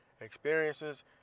experiences